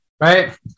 right